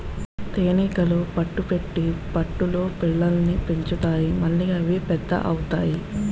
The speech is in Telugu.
తేనీగలు పట్టు పెట్టి పట్టులో పిల్లల్ని పెంచుతాయి మళ్లీ అవి పెద్ద అవుతాయి